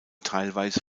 teilweise